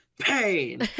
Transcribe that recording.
pain